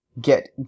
get